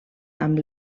amb